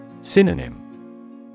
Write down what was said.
Synonym